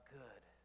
good